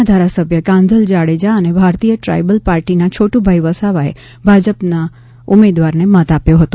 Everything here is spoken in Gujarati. ના ધારાસભ્ય કાંધલ જાડેજા અને ભારતીય ટ્રાઇબલ પાર્ટીના છોટુંભાઈ વસાવાએ ભાજપના ઉમેદવારને મત આપ્યો હતો